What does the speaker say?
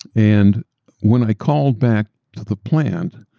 and when i called back to the plan,